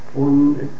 und